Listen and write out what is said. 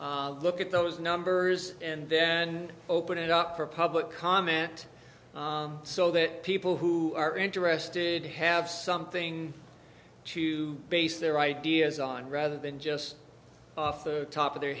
look at those numbers and then open it up for public comment so that people who are interested have something to base their ideas on rather than just off the top of their